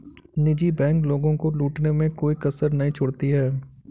निजी बैंक लोगों को लूटने में कोई कसर नहीं छोड़ती है